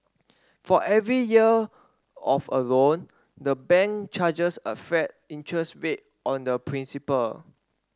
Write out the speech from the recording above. for every year of a loan the bank charges a flat interest rate on the principal